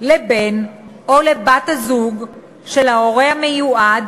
לבן-הזוג או לבת-הזוג של ההורה המיועד